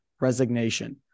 resignation